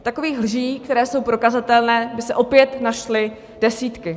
Takových lží, které jsou prokazatelné, by se opět našly desítky.